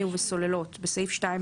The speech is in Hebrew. בסעיף 43(ב),